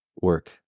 work